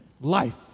Life